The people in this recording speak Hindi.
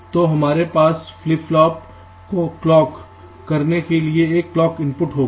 तो हमारे पास फ्लिप फ्लॉप को क्लॉक करने के लिए एक क्लॉक इनपुट होगा